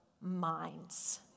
minds